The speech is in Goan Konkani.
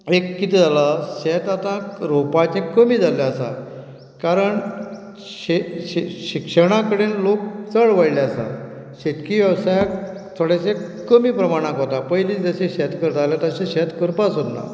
एक कितें जालां शेत आतां रोवपाचें कमी जाल्लें आसा कारण शे शे शिक्षणा कडेन लोक चड वळ्ळे आसात शेतकीय वेवसायाक थोडेशे कमी प्रमाणाक वता पयलीं जशे शेत करताले तशें शेत करपा सोदना